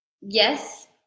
yes